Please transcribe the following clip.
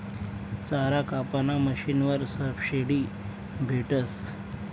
चारा कापाना मशीनवर सबशीडी भेटस